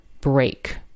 break